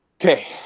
Okay